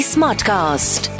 Smartcast